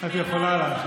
את יכולה להמשיך,